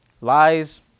lies